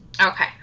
Okay